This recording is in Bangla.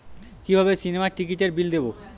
কিভাবে সিনেমার টিকিটের বিল দেবো?